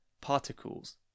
particles